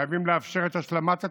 חייבים לאפשר את השלמת התשתיות,